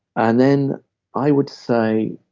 and then i would say,